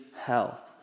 hell